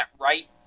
right